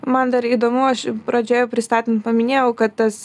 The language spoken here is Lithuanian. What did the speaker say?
man dar įdomu aš pradžioje pristatant paminėjau kad tas